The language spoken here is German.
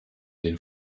den